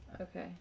Okay